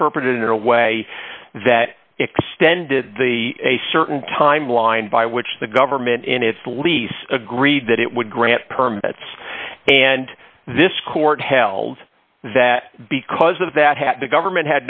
interpreted in a way that extended the a certain timeline by which the government in its lease agreed that it would grant permits and this court held that because of that had the government